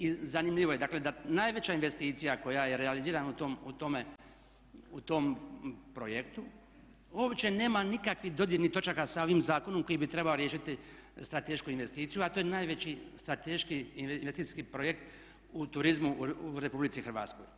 I zanimljivo je dakle da najveća investicija koja je realizirana u tom projektu uopće nema nikakvih dodirnih točaka sa ovim zakonom koji bi trebao riješiti stratešku investiciju a to je najveći strateški investicijski projekt u turizmu u Republici Hrvatskoj.